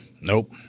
nope